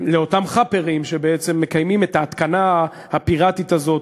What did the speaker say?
לאותם "חאפרים" שבעצם מקיימים את ההתקנה הפיראטית הזאת,